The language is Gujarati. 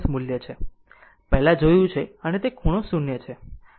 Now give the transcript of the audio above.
પહેલાં જોયું છે અને તે ખૂણો 0 o છે